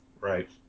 right